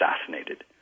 assassinated